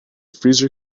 freezer